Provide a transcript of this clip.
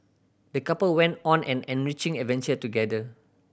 the couple went on an enriching adventure together